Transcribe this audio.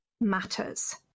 matters